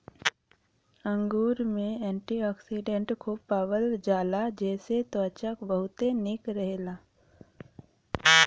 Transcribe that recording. अंगूर में एंटीओक्सिडेंट खूब पावल जाला जेसे त्वचा बहुते निक रहेला